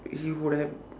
he would have